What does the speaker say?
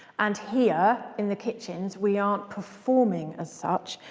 and here in the kitchens we aren't performing as such,